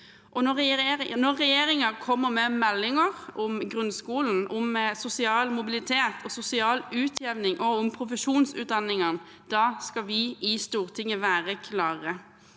Når regjeringen kommer med meldinger om grunnskolen, om sosial mobilitet og sosial utjevning og om profesjonsutdanningene, da skal vi i Stortinget være klare.